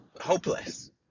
hopeless